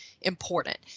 important